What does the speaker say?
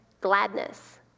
gladness